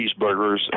cheeseburgers